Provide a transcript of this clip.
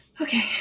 Okay